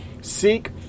Seek